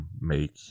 make